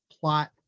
plot